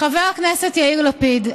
חבר הכנסת יאיר לפיד,